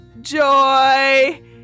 joy